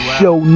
Show